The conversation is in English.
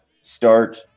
start